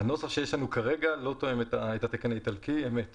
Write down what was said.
הנוסח שיש לנו כרגע לא תואם את התקן האיטלקי, אמת.